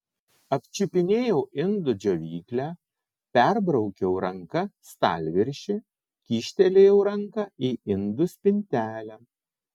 apčiupinėjau indų džiovyklę perbraukiau ranka stalviršį kyštelėjau ranką į indų spintelę